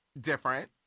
different